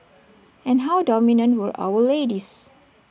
and how dominant were our ladies